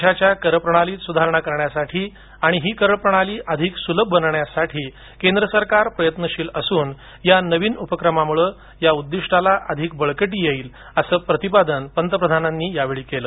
देशाच्या कर प्रणालीत सुधारणा करण्यासाठी आणि ही कर प्रणाली अधिक सुलभ बनवण्यासाठी केंद्र सरकार प्रयत्नशील असून या नवीन उपक्रमामुळे या उद्दिष्टाला अधिक बळकटी येईल असं प्रतिपादन पंतप्रधानांनी यावेळी केलं